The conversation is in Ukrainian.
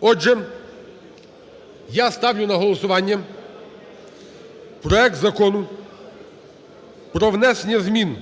Отже, я ставлю на голосування проект Закону про внесення змін